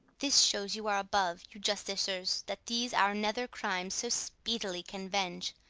this shows you are above, you justicers, that these our nether crimes so speedily can venge